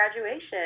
graduation